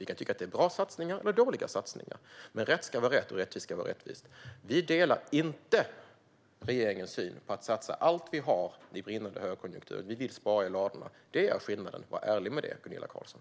Vi kan tycka att det är bra satsningar eller dåliga satsningar. Men rätt ska vara rätt, och rättvist ska vara rättvist. Vi delar inte regeringens syn - att vi ska satsa allt vi har i brinnande högkonjunktur. Vi vill spara i ladorna. Det är skillnaden. Var ärlig med det, Gunilla Carlsson!